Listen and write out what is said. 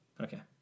okay